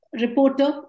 reporter